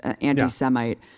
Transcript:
anti-Semite